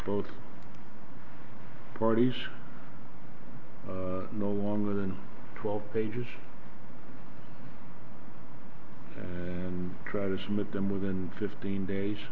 both parties no longer than twelve pages and try to submit them within fifteen days